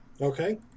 Okay